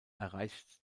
erreicht